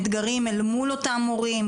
אתגרים אל מול אותם מורים,